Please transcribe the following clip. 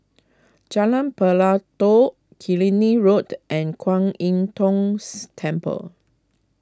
Jalan Pelatok Killiney Road and Kuan Im Tngs Temple